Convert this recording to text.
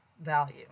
value